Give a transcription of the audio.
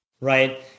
Right